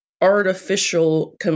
artificial